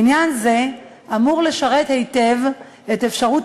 עניין זה אמור לשרת היטב את אפשרות